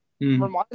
reminds